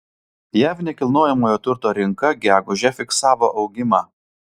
jav nekilnojamojo turto rinka gegužę fiksavo augimą